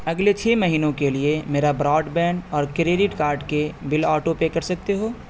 اگلے چھ مہینوں کے لیے میرا براڈبینڈ اور کریڈٹ کارڈ کے بل آٹو پے کر سکتے ہو